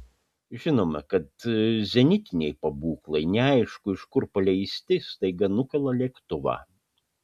žinome kad zenitiniai pabūklai neaišku iš kur paleisti staiga nukala lėktuvą